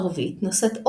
נרות דולקים,